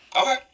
Okay